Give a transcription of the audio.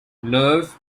nerve